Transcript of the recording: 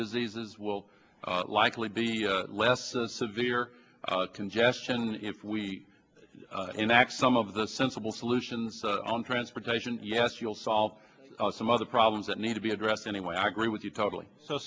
diseases will likely be less severe congestion if we enact some of the sensible solutions on transportation yes you'll solve some of the problems that need to be addressed anyway i agree with you totally so